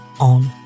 on